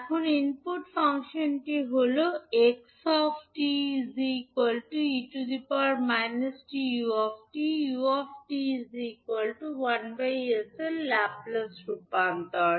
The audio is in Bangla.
এখন ইনপুট ফাংশনটি হল is 𝑥𝑡 𝑒−𝑡𝑢𝑡 u 𝑡 1 s এর ল্যাপলেস রূপান্তর